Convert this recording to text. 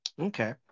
Okay